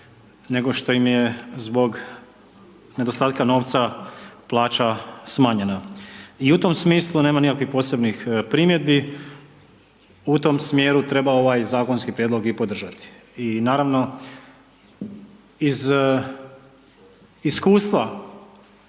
nego što ime je zbog nedostatka plaća smanjena. I u tom smislu nema nikakvih posebnih primjedbi, u tom smjeru treba ovaj zakonski prijedlog i podržati i naravno iz iskustva,